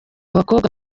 abakobwa